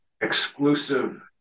exclusive